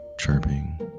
chirping